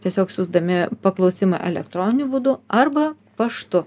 tiesiog siųsdami paklausimą elektroniniu būdu arba paštu